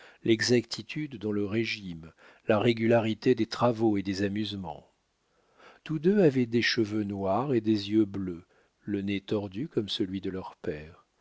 l'exactitude dans le régime la régularité des travaux et des amusements tous deux avaient des cheveux noirs et des yeux bleus le nez tordu comme celui de leur père